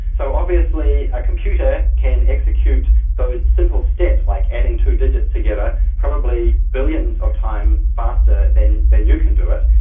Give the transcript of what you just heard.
so obviously a computer can execute those simple steps, like adding two digits together, probably billions of times faster than than you can do it,